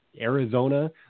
Arizona